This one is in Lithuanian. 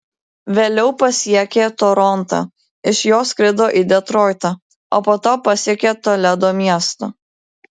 vėliau pasiekė torontą iš jo skrido į detroitą o po to pasiekė toledo miestą